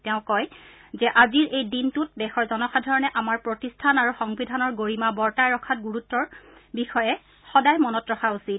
তেওঁ কয় যে আজিৰ এই দিনটোত দেশৰ জনসাধাৰণে আমাৰ প্ৰতিষ্ঠান আৰু সংবিধানৰ গৰিমা বৰ্তাই ৰখাত গুৰুত্বৰ বিষয়ে সদায় মনত ৰখা উচিত